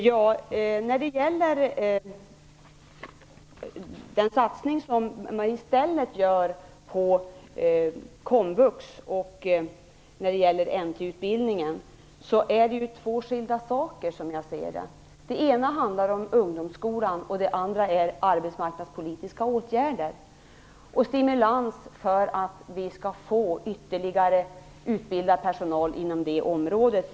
Herr talman! Ulf Melin talar om den satsning som görs på komvux och NT-utbildningen. Som jag ser det handlar det om två skilda saker. Den ena handlar om ungdomsskolan. Den andra handlar om arbetsmarknadspolitiska åtgärder för att vi skall få ytterligare utbildad personal inom NT-området.